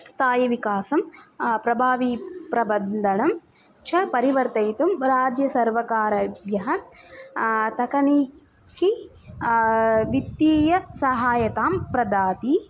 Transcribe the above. स्थायि विकासं प्रभावीप्रबन्धनं च परिवर्तयितुं राज्यसर्वकारेभ्यः तकनीकि वित्तीय सहायतां प्रदाति